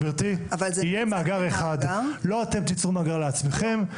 גברתי, יהיה מאגר אחד, לא אתם תיצרו מאגר לעצמכם.